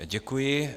Děkuji.